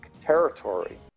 territory